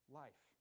life